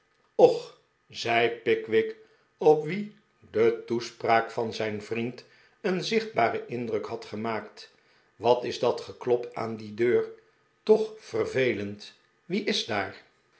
ochl zei pickwick op wien de toespraak van zijn vriend een zichtbaren indruk had gemaakt wat is dat geklop aan die deur toch vervelend wie is daar